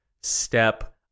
step